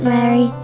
Mary